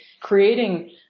creating